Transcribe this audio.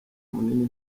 munini